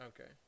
Okay